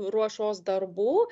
ruošos darbų